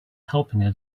helping